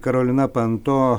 karolina panto